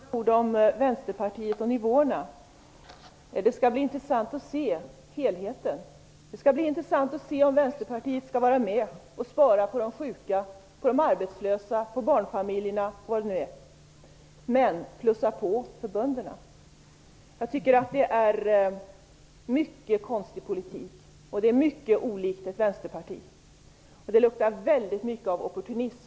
Herr talman! Jag vill bara säga några ord om Vänsterpartiet och nivåerna. Det skall bli intressant att se helheten. Det skall bli intressant att se om Vänsterpartiet skall vara med och spara på de sjuka, de arbetslösa, barnfamiljerna och vad det nu är men plussa på för bönderna. Jag tycker att det är en mycket konstig politik och mycket olikt ett vänsterparti. Det luktar väldigt mycket av opportunism.